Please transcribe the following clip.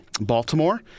Baltimore